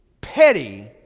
petty